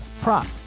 prop